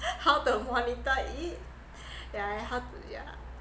how to monitor it yeah how to yeah